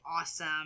awesome